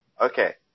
Okay